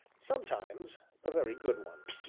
sometimes, a very good one.